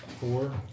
Four